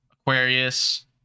Aquarius